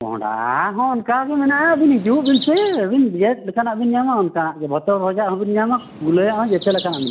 ᱠᱚᱸᱦᱰᱟ ᱦᱚᱸ ᱚᱱᱠᱟᱜᱮ ᱢᱮᱱᱟᱜᱼᱟ ᱟᱹᱵᱤᱱ ᱦᱤᱡᱩᱜ ᱵᱤᱱ ᱥᱮ ᱟᱹᱵᱤᱱ ᱪᱮᱫ ᱞᱮᱠᱟᱱᱟᱜ ᱵᱤᱱ ᱧᱟᱢᱟ ᱚᱱᱠᱟᱱᱟᱜ ᱜᱮ ᱵᱷᱚᱛᱚᱲ ᱵᱷᱚᱡᱟᱜ ᱦᱚᱸ ᱵᱤᱱ ᱧᱟᱢᱟ ᱜᱩᱞᱮᱴᱟᱜ ᱦᱚᱸ ᱡᱚᱛᱚ ᱞᱮᱠᱟᱱᱟᱜ